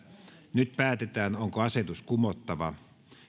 nyt päätetään onko asetus kumottava